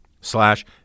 slash